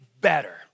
better